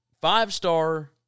Five-star